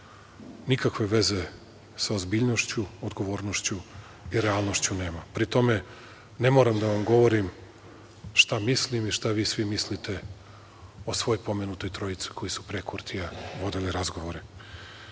nikakve veze sa ozbiljnošću, odgovornošću i realnošću nema. Pri tome, ne moram da vam govorim šta mislim i šta vi svi mislite o svoj pomenutoj trojici koji su pre Kurtija vodili razgovore. Na